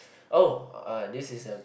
oh ah this is a